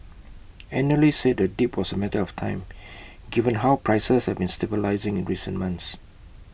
analysts said the dip was A matter of time given how prices have been stabilising in recent months